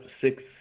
six